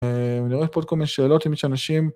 ‫אני רואה פה עוד כל מיני שאלות, ‫אם יש אנשים...